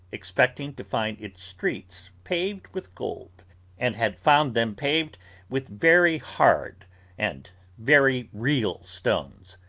expecting to find its streets paved with gold and had found them paved with very hard and very real stones.